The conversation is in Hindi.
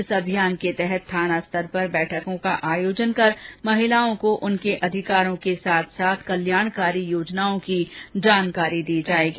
इस अभियान के तहत थाना स्तर पर बैठकों का आयोजन कर महिलाओं को उनके अधिकारों के साथ साथ कल्याणकारी योजनाओं की जानकारी दी जाएगी